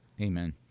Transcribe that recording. Amen